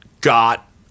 got